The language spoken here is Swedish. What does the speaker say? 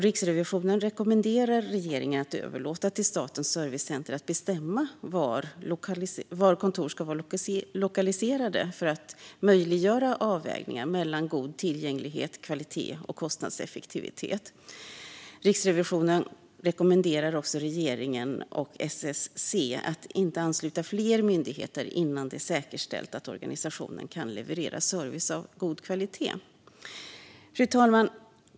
Riksrevisionen rekommenderar regeringen att överlåta till Statens servicecenter att bestämma var kontor ska vara lokaliserade för att möjliggöra avvägningar mellan god tillgänglighet, kvalitet och kostnadseffektivitet. Riksrevisionen rekommenderar också regeringen och SSC att inte ansluta fler myndigheter innan det är säkerställt att organisationen kan leverera service av god kvalitet. Fru talman!